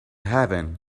heaven